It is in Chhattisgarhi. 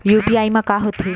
यू.पी.आई मा का होथे?